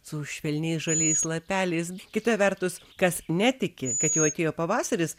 su švelniais žaliais lapeliais kita vertus kas netiki kad jau atėjo pavasaris